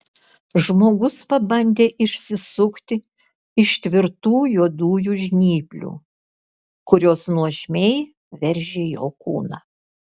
žmogus pabandė išsisukti iš tvirtų juodųjų žnyplių kurios nuožmiai veržė jo kūną